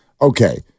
Okay